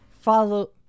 Follow